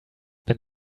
wenn